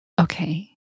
Okay